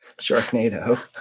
Sharknado